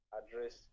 address